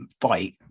fight